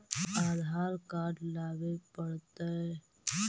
आधार card लाबे पड़तै?